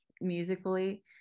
musically